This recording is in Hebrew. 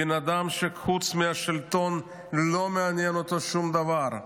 בן אדם שחוץ מהשלטון לא מעניין אותו שום דבר,